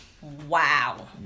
Wow